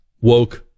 woke